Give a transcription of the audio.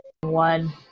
one